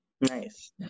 Nice